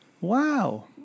Wow